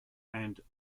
and